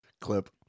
Clip